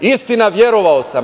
Istina verovao sam.